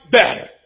better